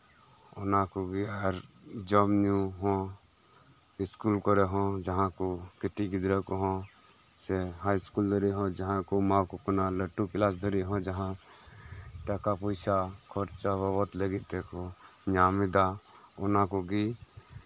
ᱚᱱᱟ ᱠᱚᱜᱮ ᱟᱨ ᱡᱚᱢ ᱧᱩ ᱦᱚᱸ ᱤᱥᱠᱩᱞ ᱠᱚᱨᱮ ᱦᱚᱸ ᱠᱟᱹᱴᱤᱡ ᱜᱤᱫᱽᱨᱟᱹ ᱠᱚᱸᱦᱚ ᱥᱮ ᱦᱟᱭ ᱤᱥᱠᱩᱞ ᱨᱮᱦᱚᱸ ᱡᱟᱸᱦᱟ ᱠᱚ ᱮᱢᱟ ᱠᱚ ᱠᱟᱱᱟ ᱚᱱᱟ ᱞᱟᱹᱴᱩ ᱠᱮᱞᱟᱥ ᱫᱷᱟᱹᱨᱤᱡ ᱦᱚᱸ ᱚᱱᱟ ᱴᱟᱠᱟ ᱯᱚᱭᱥᱟ ᱠᱷᱚᱨᱪᱟ ᱵᱟᱵᱚᱫ ᱞᱟᱹᱜᱤᱫ ᱛᱮᱦᱚᱸ ᱧᱟᱢ ᱮᱫᱟ ᱚᱱᱟ ᱠᱚᱜᱮ